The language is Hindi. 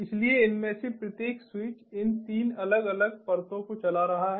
इसलिए इनमें से प्रत्येक स्विच इन 3 अलग अलग परतों को चला रहा है